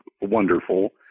wonderful